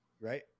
right